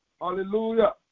hallelujah